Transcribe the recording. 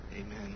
Amen